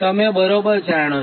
તમે બરાબર જાણો છો